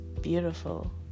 beautiful